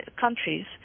countries